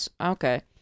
Okay